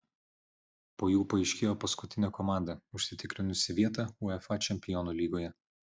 po jų paaiškėjo paskutinė komanda užsitikrinusi vietą uefa čempionų lygoje